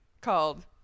called